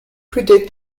predate